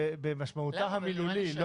לפעמים לא